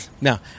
Now